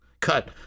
Cut